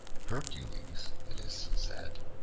hercules, it is said,